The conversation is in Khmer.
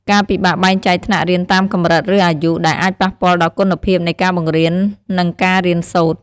ការពិបាកបែងចែកថ្នាក់រៀនតាមកម្រិត ឬអាយុ ដែលអាចប៉ះពាល់ដល់គុណភាពនៃការបង្រៀន និងការរៀនសូត្រ។